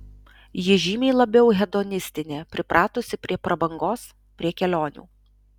ji žymiai labiau hedonistinė pripratusi prie prabangos prie kelionių